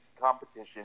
competition